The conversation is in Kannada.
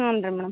ಹ್ಞೂನ್ ರೀ ಮೇಡಮ್